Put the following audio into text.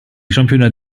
championnats